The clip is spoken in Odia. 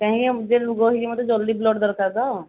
କାହିଁକିନା ଯେନ୍ ରୋଗ ହେଇଛି ମୋତେ ଜଲ୍ଦି ବ୍ଳଡ଼୍ ଦରକାର ତ